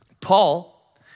Paul